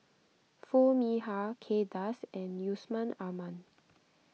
Foo Mee Har Kay Das and Yusman Aman